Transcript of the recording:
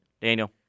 Daniel